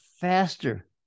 faster